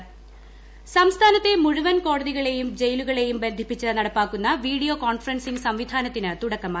video conferencing സംസ്ഥാനത്തെ മുഴുവൻ കോടതികളെയും ജയിലുകളെയും ബന്ധിപ്പിച്ച് നടപ്പാക്കുന്ന വീഡിയോ കോൺഫറൻസിങ് സംവിധാനത്തിന് തുടക്കമായി